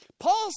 Paul